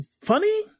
Funny